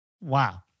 Wow